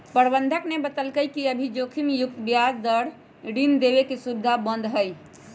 प्रबंधक ने बतल कई कि अभी जोखिम मुक्त ब्याज दर पर ऋण देवे के सुविधा बंद हई